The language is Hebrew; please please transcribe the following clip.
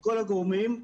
כל הגורמים.